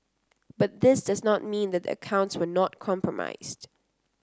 but this does not mean that the accounts were not compromised